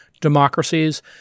democracies